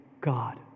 God